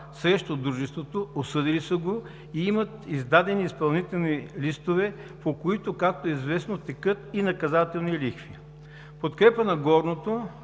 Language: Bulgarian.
срещу дружеството, осъдили са го и имат издадени изпълнителни листове, по които, както е известно, текат и наказателни лихви. В подкрепа на горното